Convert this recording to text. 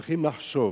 צריך לחשוב,